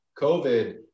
COVID